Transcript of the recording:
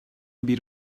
bir